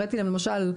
למשל,